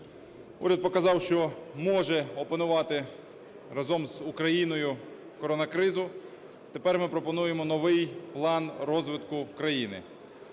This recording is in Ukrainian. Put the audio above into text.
Уряд показав, що може опанувати разом з Україною коронакризу. Тепер ми пропонуємо новий план розвитку країни.